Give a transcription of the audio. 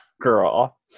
Girl